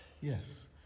Yes